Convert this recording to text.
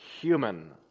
human